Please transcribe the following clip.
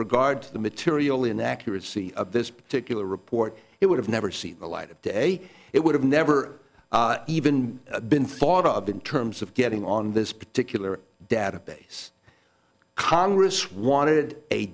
regard to the material inaccuracy of this particular report it would have never seen the light of day it would have never even been thought of in terms of getting on this particular database congress wanted a